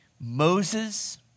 Moses